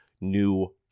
new